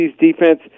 defense